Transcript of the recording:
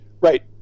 Right